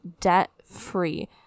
debt-free